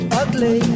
ugly